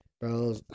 Bro